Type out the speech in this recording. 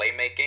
playmaking